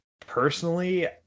personally